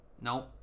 No